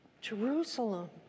Jerusalem